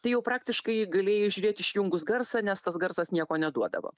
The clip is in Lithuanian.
tai jau praktiškai galėjai žiūrėti išjungus garsą nes tas garsas nieko neduodavo